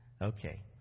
Okay